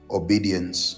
obedience